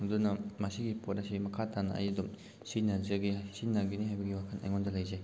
ꯑꯗꯨꯅ ꯃꯁꯤꯒꯤ ꯄꯣꯠ ꯑꯁꯤ ꯃꯈꯥ ꯇꯥꯅ ꯑꯩ ꯑꯗꯨꯝ ꯁꯤꯖꯤꯟꯅꯖꯒꯦ ꯁꯤꯖꯤꯟꯅꯒꯤꯅꯤ ꯍꯥꯏꯕꯒꯤ ꯋꯥꯈꯟ ꯑꯩꯉꯣꯟꯗ ꯂꯩꯖꯩ